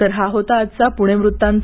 तर हा होता आजचा पुणे वृत्तांत